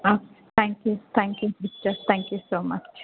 ಹಾಂ thank you thank you sister thank you so much